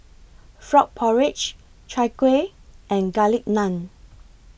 Frog Porridge Chai Kuih and Garlic Naan